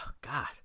God